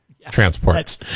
Transport